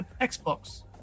Xbox